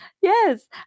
Yes